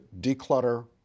declutter